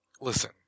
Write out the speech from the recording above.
Listen